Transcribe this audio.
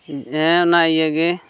ᱦᱮᱸ ᱚᱱᱟ ᱤᱭᱟᱹᱜᱮ